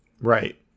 Right